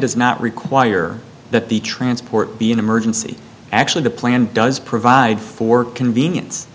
does not require that the transport be an emergency actually the plan does provide for convenience